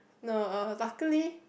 no luckily